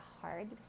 hard